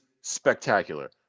spectacular